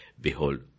Behold